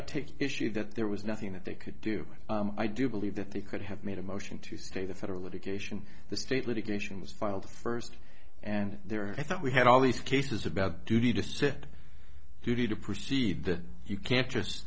i take issue that there was nothing that they could do i do believe that they could have made a motion to stay the federal litigation the state litigation was filed first and there i thought we had all these cases about duty to sit duty to proceed that you can't just